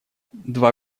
два